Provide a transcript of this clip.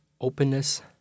openness